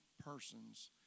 persons